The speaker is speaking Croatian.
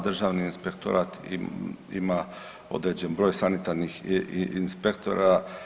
Državni inspektorat ima određen broj sanitarnih inspektora.